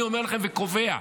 אני אומר לכם, וקובע,